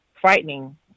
frightening